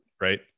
right